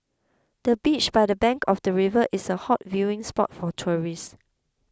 the beach by the bank of the river is a hot viewing spot for tourists